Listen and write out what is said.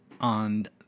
on